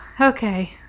Okay